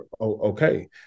okay